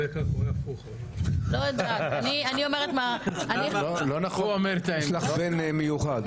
------ יש לך בן מיוחד.